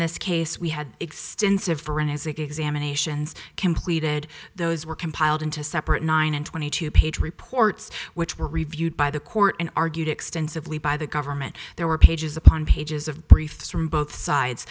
this case we had extensive forensic examinations completed those were compiled into separate nine and twenty two page reports which were reviewed by the court and argued extensively by the government there were pages upon pages of briefs from both sides